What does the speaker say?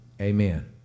Amen